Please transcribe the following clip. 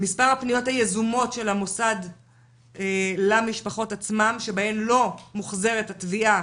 מספר הפניות היזומות של המוסד למשפחות עצמן שבהן לא מוחזרת התביעה